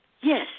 Yes